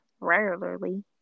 regularly